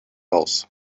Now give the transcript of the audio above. raus